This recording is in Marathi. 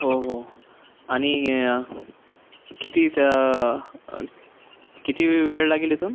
हो हो आनि किती त्या किती वेळ लागेल इथून